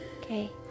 Okay